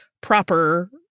proper